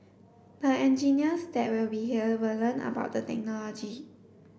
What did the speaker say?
the engineers that will be here will learn about the technology